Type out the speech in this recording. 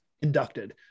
inducted